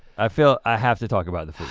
i feel i have to talk about the food,